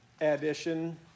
addition